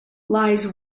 lies